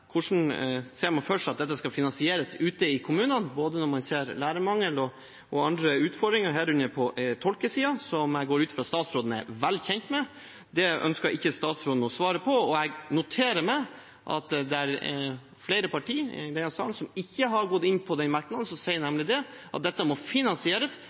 dette skal finansieres ute i kommunene, når man ser lærermangelen og andre utfordringer, herunder på tolkesiden, som jeg går ut fra at statsråden er vel kjent med? Det ønsket ikke statsråden å svare på, og jeg noterer meg at det er flere partier i denne salen som ikke har gått inn på den merknaden som sier at dette må finansieres